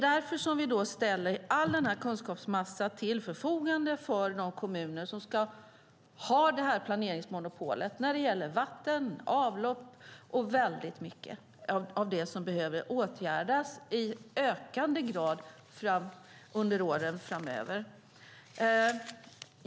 Därför ställer vi all denna kunskapsmassa till förfogande för de kommuner som har planeringsmonopol när det gäller vatten, avlopp och annat som, i ökande grad, behöver åtgärdas under åren framöver.